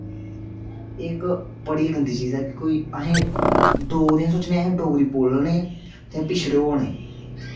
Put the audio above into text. ते इक्क बड़ी गंदी चीज़ ऐ की इक्क असें ई ते अस डोगरे ते चलो अस डोगरी बोलने ते पिच्छड़े होआ करने